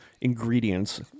ingredients